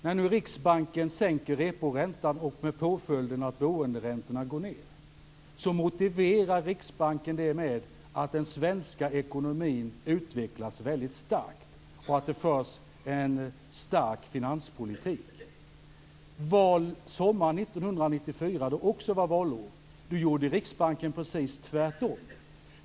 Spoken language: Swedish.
När nu Riksbanken sänker reporäntan med påföljden att boenderäntorna går ned motiverar Riksbanken detta med att den svenska ekonomin utvecklas väldigt starkt och att det förs en stark finanspolitik. Sommaren 1994, då det också var valår, gjorde Riksbanken precis tvärtom.